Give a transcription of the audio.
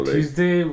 Tuesday